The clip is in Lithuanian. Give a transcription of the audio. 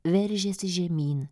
veržiasi žemyn